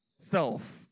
self